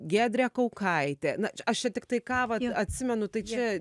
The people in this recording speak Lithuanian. giedrė kaukaitė na aš čia tiktai ką va atsimenu tai čia